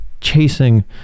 chasing